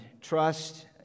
trust